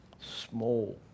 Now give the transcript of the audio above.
small